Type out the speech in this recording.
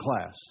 class